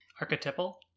archetypal